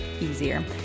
easier